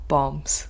Bombs